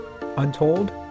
untold